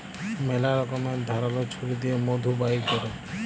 ম্যালা রকমের ধারাল ছুরি দিঁয়ে মধু বাইর ক্যরে